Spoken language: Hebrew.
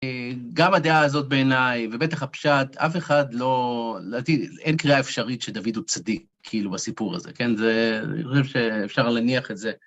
גם הדעה הזאת בעיניי, ובטח הפשט, אף אחד לא, לדעתי, אין קריאה אפשרית שדוד הוא צדיק כאילו בסיפור הזה, כן? זה, אני חושב שאפשר לניח את זה.